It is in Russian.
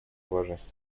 важность